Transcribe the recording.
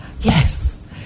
Yes